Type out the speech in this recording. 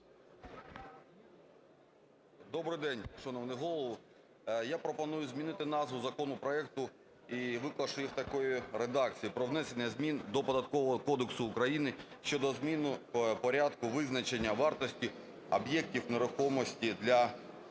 Добрий день, шановний Голово! Я пропоную змінити назву законопроекту і викласти її в такій редакції: "Про внесення змін до Податкового кодексу України щодо зміни порядку визначення вартості об'єктів нерухомості для